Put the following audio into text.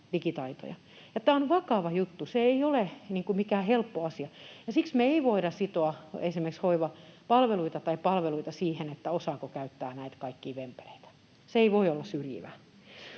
tämä on vakava juttu. Se ei ole mikään helppo asia, ja siksi me ei voida sitoa esimerkiksi hoivapalveluita tai palveluita siihen, osataanko käyttää näitä kaikkia vempeleitä. Se ei voi olla syrjivää.